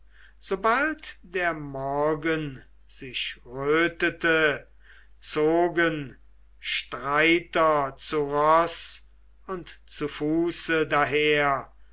sobald der morgen sich rötete zogen streiter zu roß und zu fuße daher